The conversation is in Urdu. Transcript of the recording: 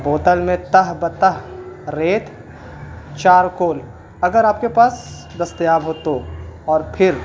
بوتل میں تاہ بتح ریت چارکول اگر آپ کے پاس دستیاب ہو تو اور پھر